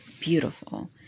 beautiful